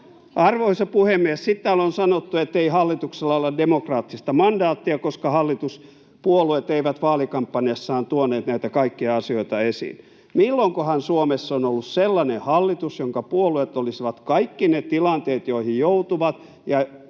Arvoisa puhemies! Sitten täällä on sanottu, ettei hallituksella ole demokraattista mandaattia, koska hallituspuolueet eivät vaalikampanjassaan tuoneet näitä kaikkia asioita esiin. Milloinkahan Suomessa on ollut sellainen hallitus, jonka puolueet olisivat kaikki ne tilanteet, joihin joutuvat ja